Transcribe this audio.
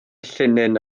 llinyn